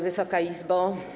Wysoka Izbo!